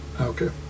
Okay